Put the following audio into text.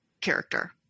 character